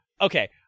okay